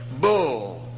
bull